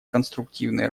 конструктивной